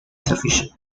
sufficient